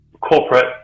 corporate